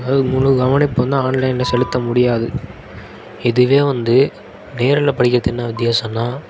அதாவது முழு கவனிப்பு வந்து ஆன்லைனில் செலுத்த முடியாது இதுவே வந்து நேரில் படிக்கிறது என்ன வித்தியாசன்னால்